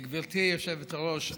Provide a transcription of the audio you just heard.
גברתי היושבת-ראש,